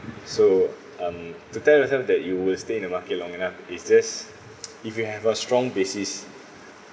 so um to tell yourself that you will stay in the market long enough it's just if you have a strong basis